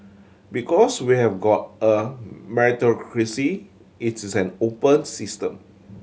because we have got a meritocracy it's is an open system